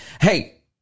Hey